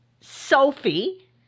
Sophie